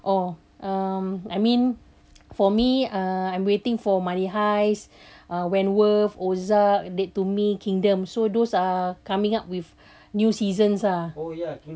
oh um I mean for me err I'm waiting for money heist uh wentworth ozark dead to me kingdom so those are coming up with new seasons ah